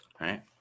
right